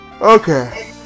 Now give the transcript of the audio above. Okay